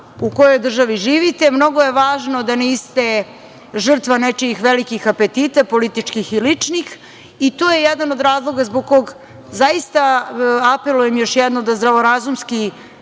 u kojoj državi živite. Mnogo je važno da niste žrtva nečijih velikih apetita, političkih i ličnih, i to je jedan od razloga zbog kog zaista apelujem još jednom, da zdravorazumski